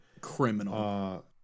criminal